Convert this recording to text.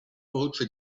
voce